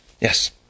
yes